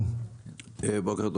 בוא נגיד,